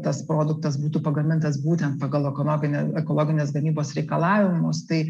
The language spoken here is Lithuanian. tas produktas būtų pagamintas būtent pagal ekologinio ekologinės gamybos reikalavimus tai